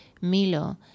Milo